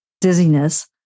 dizziness